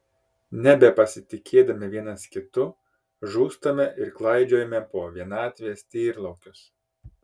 nebepasitikėdami vienas kitu žūstame ir klaidžiojame po vienatvės tyrlaukius